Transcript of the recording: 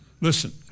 Listen